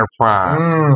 prime